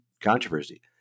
controversy